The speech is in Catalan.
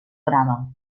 brava